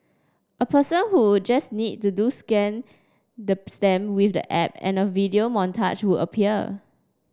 a person who just need to do scan the stamp with the app and a video montage would appear